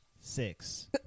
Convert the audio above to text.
Six